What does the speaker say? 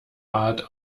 art